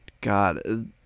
God